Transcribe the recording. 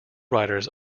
writers